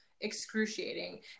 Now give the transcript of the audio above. excruciating